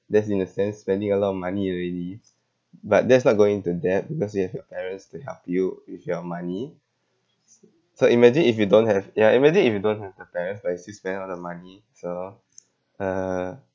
that's in a sense spending a lot of money already but that's not going into debt because you have your parents to help you with your money so imagine if you don't have ya imagine if you don't have the parents but you still spend all the money so uh